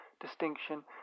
distinction